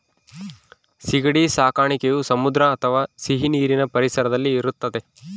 ಸೀಗಡಿ ಸಾಕಣೆಯು ಸಮುದ್ರ ಅಥವಾ ಸಿಹಿನೀರಿನ ಪರಿಸರದಲ್ಲಿ ಇರುತ್ತದೆ